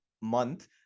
month